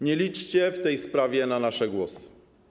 Nie liczcie w tej sprawie na nasze głosy.